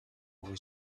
was